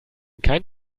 kein